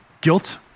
Guilt